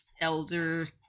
elder